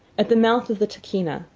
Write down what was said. at the mouth of the tahkeena,